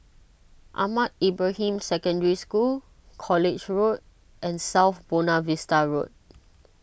Ahmad Ibrahim Secondary School College Road and South Buona Vista Road